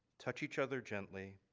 touch each other gently.